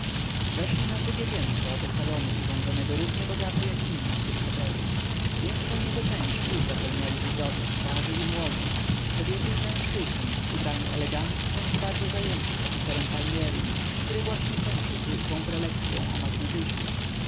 weszli na drugie piętro do salonu urządzonego równie bogato jak inne w tym hotelu większą jego część już zapełniali widzowie starzy i młodzi kobiety i mężczyźni ubrani elegancko i bardzo zajęci profesorem palmierim który właśnie kończył krótką prelekcyą o